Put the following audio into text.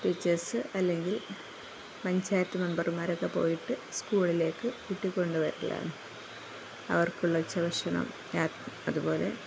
teachers അല്ലെങ്കിൽ പഞ്ചായത്ത് മെമ്പർമാരൊക്കെ പോയിട്ട് സ്കൂളിലേക്കു കൂട്ടിക്കൊണ്ടുവരലാണ് അവർക്കുള്ള ഉച്ചഭക്ഷണം അതുപോലെ